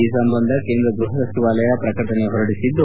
ಈ ಸಂಬಂಧ ಕೇಂದ್ರ ಗ್ಲಪ ಸಚಿವಾಲಯ ಪ್ರಕಟಣೆ ಹೊರಡಿಸಿದೆ